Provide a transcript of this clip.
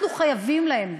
אנחנו חייבים להם.